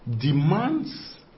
demands